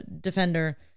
defender